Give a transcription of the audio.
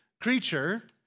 creature